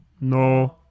No